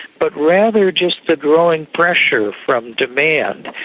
but rather just the growing pressure from demand,